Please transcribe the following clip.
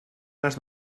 las